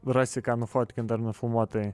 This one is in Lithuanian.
rasi ką nufotkint ar nufilmuot tai